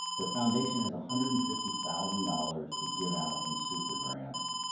the foundation has a hundred and fifty thousand dollars to give out in super grants,